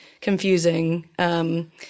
confusing